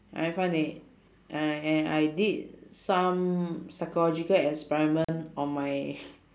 I find it and I I did some psychological experiment on my